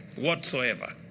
whatsoever